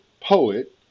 poet